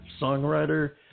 songwriter